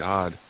God